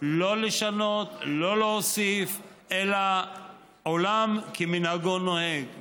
לא לשנות, לא להוסיף, אלא עולם כמנהגו נוהג.